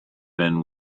been